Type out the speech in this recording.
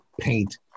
paint